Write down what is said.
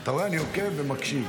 אתה רואה, אני עוקב ומקשיב.